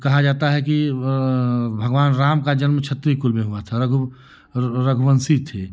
कहा जाता है कि अ भगवान राम का जन्म क्षत्रीय कुल में हुआ था रघु रघुवंशी थे